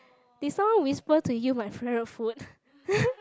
did someone whisper to you my favourite food